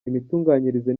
imitunganyirize